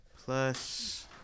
plus